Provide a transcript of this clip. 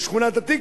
בשכונת-התקווה?